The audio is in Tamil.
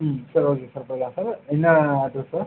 ம் சரி ஓகே சார் போயிடலாம் சார் என்ன அட்ரெஸ் சார்